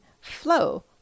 flow